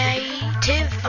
Native